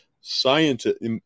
scientist